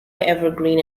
evergreen